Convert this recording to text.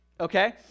Okay